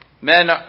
Men